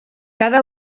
cada